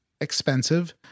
expensive